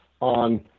on